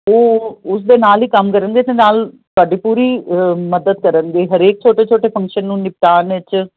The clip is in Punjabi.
ਉਹ ਉਸ ਦੇ ਨਾਲ ਹੀ ਕੰਮ ਕਰਨਗੇ ਤੇ ਨਾਲ ਤੁਹਾਡੀ ਪੂਰੀ ਮਦਦ ਕਰਨ ਦੇ ਹਰੇਕ ਛੋਟੇ ਛੋਟੇ ਫੰਕਸ਼ਨ ਨੂੰ ਨਿਪਟਾਨ ਵਿੱਚ